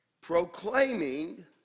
proclaiming